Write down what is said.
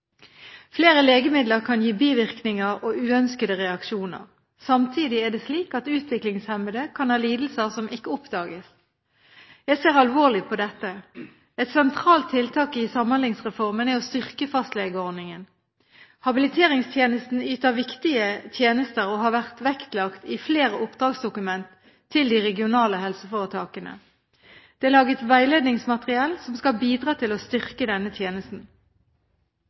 Flere legemidler kan gi bivirkninger og uønskede reaksjoner. Samtidig er det slik at utviklingshemmede kan ha lidelser som ikke oppdages. Jeg ser alvorlig på dette. Et sentralt tiltak i Samhandlingsreformen er å styrke fastlegeordningen. Habiliteringstjenesten yter viktige tjenester og har vært vektlagt i flere oppdragsdokument til de regionale helseforetakene. Det er laget veiledningsmateriell som skal bidra til å styrke denne tjenesten.